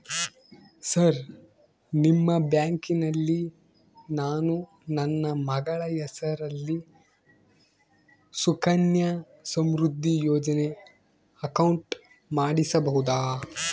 Sir ನಿಮ್ಮ ಬ್ಯಾಂಕಿನಲ್ಲಿ ನಾನು ನನ್ನ ಮಗಳ ಹೆಸರಲ್ಲಿ ಸುಕನ್ಯಾ ಸಮೃದ್ಧಿ ಯೋಜನೆ ಅಕೌಂಟ್ ಮಾಡಿಸಬಹುದಾ?